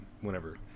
whenever